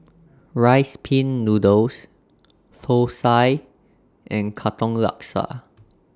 Rice Pin Noodles Thosai and Katong Laksa